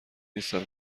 نیستم